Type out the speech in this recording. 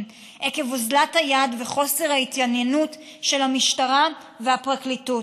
עקב אוזלת היד וחוסר ההתעניינות של המשטרה והפרקליטות.